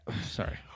sorry